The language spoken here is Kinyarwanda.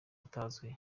utazwi